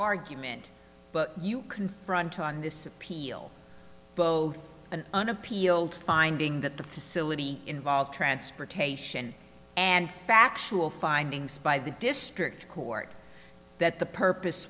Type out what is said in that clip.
argument but you confront on this appeal both and an appeal to finding that the facility involved transportation and factual findings by the district court that the purpose